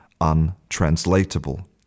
untranslatable